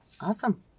awesome